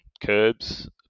Curbs